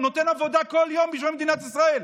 הוא נותן עבודה כל יום בשביל מדינת ישראל,